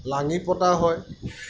লাঙি পতা হয়